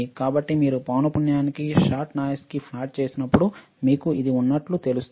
కాబట్టి మీరు పౌనపుణ్యముకి షాట్ నాయిస్న్ని ప్లాట్ చేసినప్పుడు మీకు అది ఉన్నట్లు తెలుస్తుంది